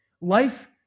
Life